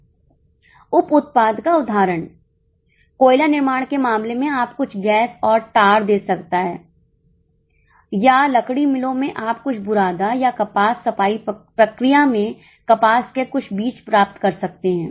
उप उत्पाद का उदाहरण कोयला निर्माण के मामले में आप कुछ गैस और टार दे सकता है या लकड़ी मिलों में आप कुछ बुरादा या कपास सफाई प्रक्रिया में कपास के कुछ बीज प्राप्त कर सकते हैं